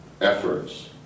efforts